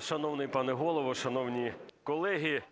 Шановний пане Голово, шановні колеги!